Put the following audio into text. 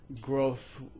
growth